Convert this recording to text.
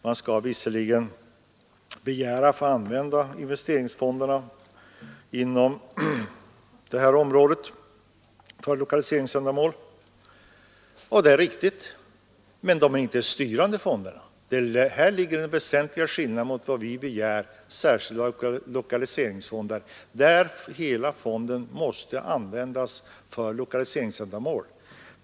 Man skall visserligen begära att få använda investeringsfonderna för lokaliseringsändamål — det är riktigt — men fonderna är inte styrande. Här ligger den väsentliga skillnaden i förhållande till vad vi begär när det gäller lokaliseringsfonderna, där hela fonden måste användas för lokaliseringsändamål.